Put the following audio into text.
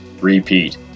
Repeat